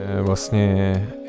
Vlastně